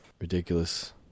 Ridiculous